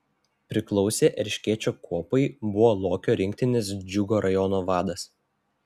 priklausė erškėčio kuopai buvo lokio rinktinės džiugo rajono vadas